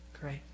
Great